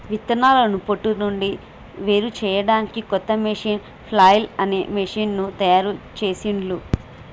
విత్తనాలను పొట్టు నుండి వేరుచేయడానికి కొత్త మెషీను ఫ్లఐల్ అనే మెషీను తయారుచేసిండ్లు